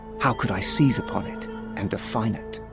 how could i seize upon it and define it?